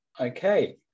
Okay